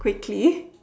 quickly